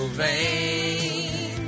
vain